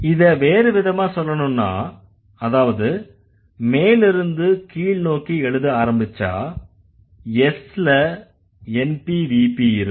இதை வேற விதமா சொல்லணும்னா அதாவது மேலிருந்து கீழ்நோக்கி எழுத ஆரம்பிச்சா S ல NP VP இருக்கும்